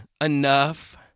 enough